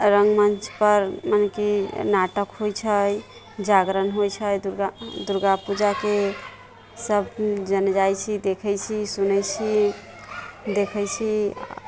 रङ्गमञ्च पर मने कि नाटक होइत छै जागरण होइत छै दुर्गा दुर्गापूजाकेँ सभजन जाइत छी देखैत छी सुनैत छी देखैत छी